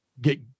Get